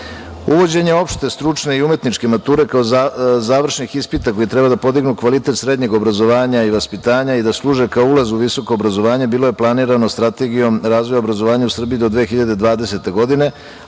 maturu. Uvođenje opšte stručne i umetničke mature kao završnih ispita koji treba da podignu kvalitet srednjeg obrazovanja i vaspitanja i da služe kao ulaz u visoko obrazovanje bilo je planirano Strategijom razvoja obrazovanja u Srbiji do 2020. godine,